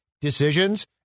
decisions